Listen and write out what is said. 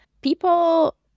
people